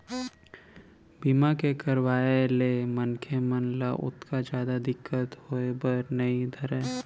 बीमा के करवाय ले मनखे मन ल ओतका जादा दिक्कत होय बर नइ धरय